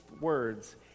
words